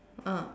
ah